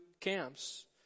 camps